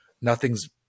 Nothing's